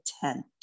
tent